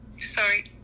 Sorry